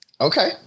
Okay